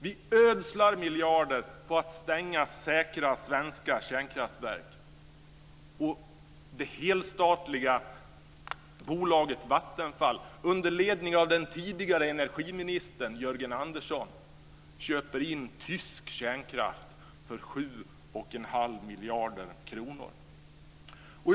Vi ödslar miljarder på att stänga säkra svenska kärnkraftverk samtidigt som det helstatliga bolaget Vattenfall under ledning av den tidigare energiministern Jörgen Andersson köper in tysk kärnkraft för 7 1⁄2 miljarder kronor.